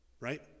right